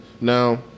Now